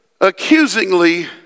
accusingly